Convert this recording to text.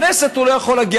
לכנסת הוא לא יכול להגיע.